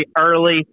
early